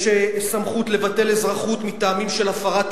יש סמכות לבטל אזרחות מטעמים של הפרת אמונים.